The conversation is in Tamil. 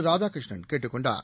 ராதாகிருஷ்ணன் கேட்டுக் கொண்டார்